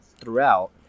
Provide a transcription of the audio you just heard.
throughout